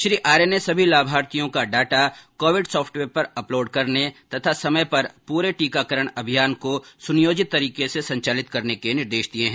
श्री आर्य ने सभी लाभार्थियों का डाटा कोविड सॉफ्टवेयर पर अपलोड करने तथा समय पर पूरे टीकाकरण अभियान को सुनियोजित तरीके से संचालित करने के निर्देश दिए है